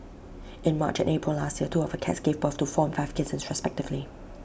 in March and April last year two of her cats gave birth to four and five kittens respectively